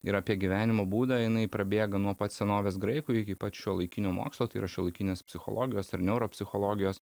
ir apie gyvenimo būdą jinai prabėga nuo pat senovės graikų iki pat šiuolaikinio mokslo tai yra šiuolaikinės psichologijos ir neuropsichologijos